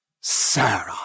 Sarah